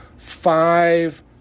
five